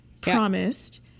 promised